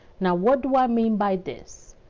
now, what do i mean by this?